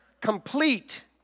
complete